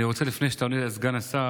אני רוצה, לפני שאתה עונה לי, סגן השר,